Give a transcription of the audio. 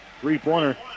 Three-pointer